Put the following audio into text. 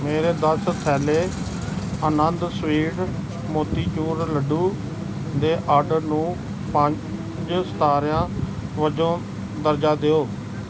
ਮੇਰੇ ਦਸ ਥੈਲੇ ਆਨੰਦ ਸਵੀਟਸ ਮੋਤੀਚੂਰ ਲੱਡੂ ਦੇ ਆਰਡਰ ਨੂੰ ਪੰਜ ਸਿਤਾਰਿਆਂ ਵਜੋਂ ਦਰਜਾ ਦਿਓ